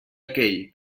aquell